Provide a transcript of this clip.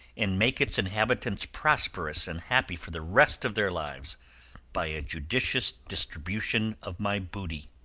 and make its inhabitants prosperous and happy for the rest of their lives by a judicious distribution of my booty.